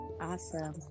awesome